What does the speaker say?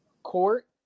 court